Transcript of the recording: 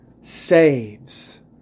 saves